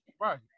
right